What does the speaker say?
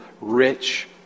rich